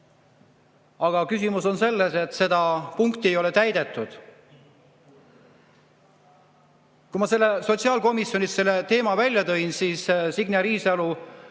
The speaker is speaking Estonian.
Aga [asi] on selles, et seda punkti ei ole täidetud. Kui ma sotsiaalkomisjonis selle teema välja tõin, siis Signe Riisalo